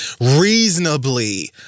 reasonably